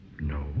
No